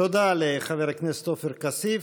תודה לחבר הכנסת עופר כסיף.